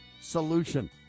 solution